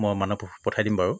মই মানুহ পঠাই দিম বাৰু